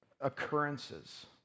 occurrences